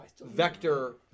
Vector